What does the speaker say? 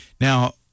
Now